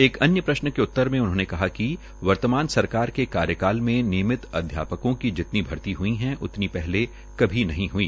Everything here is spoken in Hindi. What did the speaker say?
एक अन्य प्रश्न के उत्तर में उन्होंने कहा कि वर्तमान सरकार के कार्यकाल में नियमित अध्यापकों की जितनी भर्ती हई हैं उतनी पहले कभी नहीं हई